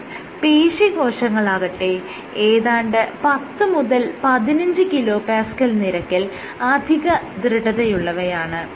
എന്നാൽ പേശീകോശങ്ങളാകട്ടെ ഏതാണ്ട് 10 15 kPa നിരക്കിൽ അധിക ദൃഢതയുള്ളവയാണ്